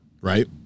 right